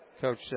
Coach